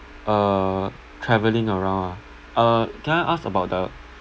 uh travelling around ah uh can I ask about the